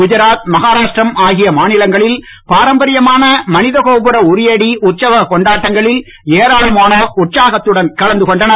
குஜராத் மகாராஷ்டிரம் ஆகிய மாநிலங்களில் பாரம்பரியமான மனிதகோபுர உரியடி உற்சவ கொண்டாட்டங்களில் ஏராளமானோர் உற்சாகத்துடன் கலந்து கொண்டனர்